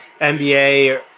NBA